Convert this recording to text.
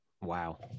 Wow